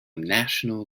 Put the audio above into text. national